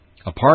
Apart